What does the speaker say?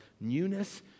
newness